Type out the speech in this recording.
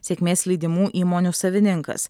sėkmės lydimų įmonių savininkas